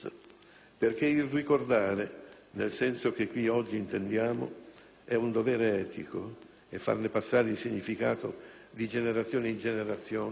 perché il ricordare, nel senso che qui oggi intendiamo, è un dovere etico, e farne passare il significato di generazione in generazione